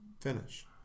finish